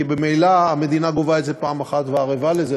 כי ממילא המדינה גובה את זה פעם אחת וערבה לזה,